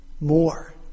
more